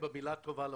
במילה טובה לרונן.